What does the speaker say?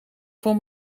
voor